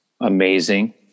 Amazing